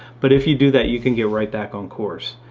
but if you do that, you can get right back on course.